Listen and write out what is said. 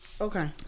Okay